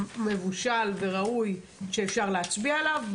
מבושל וראוי כדי שאפשר יהיה להצביע עליו,